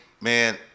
man